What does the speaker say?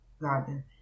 garden